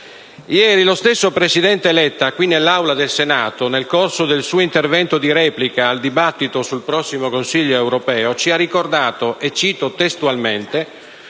Ieri lo stesso presidente Letta, qui nell'Aula del Senato, nel corso del suo intervento di replica al dibattito sul prossimo Consiglio europeo, ci ha ricordato che: «Come